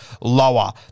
lower